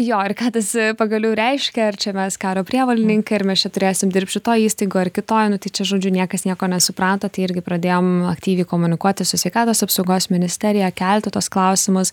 jo ir ką tas pagaliau reiškia ar čia mes karo prievolininkai ar mes čia turėsim dirbt šitoj įstaigoj ar kitoj nu tai čia žodžiu niekas nieko nesuprato tai irgi pradėjom aktyviai komunikuoti su sveikatos apsaugos ministerija kelti tuos klausimus